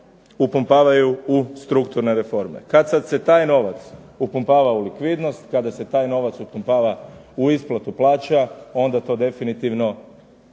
upumpavaju u strukturne reforme. Kada se taj novac upumpava u likvidnost, kada se taj novac upumpava u isplatu plaća onda to definitivno